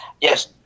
Yes